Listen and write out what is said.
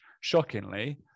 shockingly